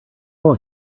all